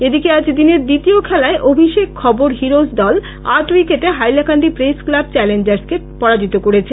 এদিকে আজ দিনের দ্বিতীয় খেলায় অভিষেক খবর হিরোস্ দল আট উইকেটে হাইলাকান্দি প্রেস ক্লাব চ্যালেঞ্জারসককে পরাজিত করেছে